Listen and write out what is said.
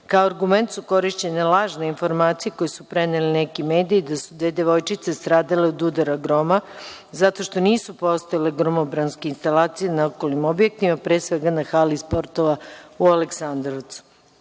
Kao argument su korišćene lažne informacije koje su preneli neki mediji da su dve devojčice stradale od udara groma zato što nisu postojale gromobranske instalacije na okolnim objektima, a pre svega na hali sportova u Aleksandrovcu.